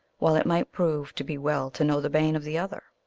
while it might prove to be well to know the bane of the other.